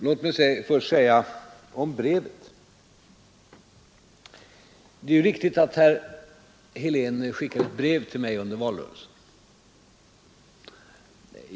Låt mig först säga några ord om brevet. Det är riktigt att herr Helén skickade ett brev till mig under valrörelsen.